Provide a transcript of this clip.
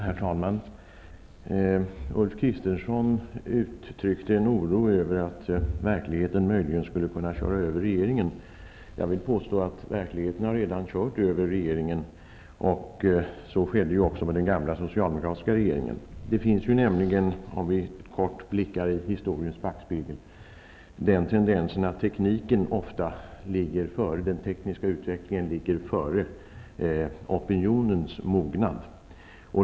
Herr talman! Ulf Kristersson uttryckte en oro över att verkligheten möjligen skulle kunna köra över regeringen. Jag vill påstå att verkligheten redan har kört över regeringen, och att så skedde även med den gamla socialdemokratiska regeringen. Tendensen är nämligen, om vi hastigt blickar i historiens backspegel, att den tekniska utvecklingen ofta ligger före opinionens mognad.